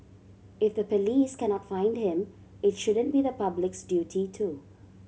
if the police cannot find him it shouldn't be the public's duty to